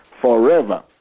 forever